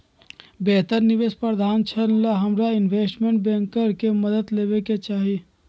बेहतर निवेश प्रधारक्षण ला हमरा इनवेस्टमेंट बैंकर के मदद लेवे के चाहि